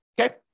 Okay